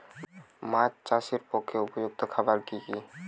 মাছ চাষের পক্ষে উপযুক্ত খাবার কি কি?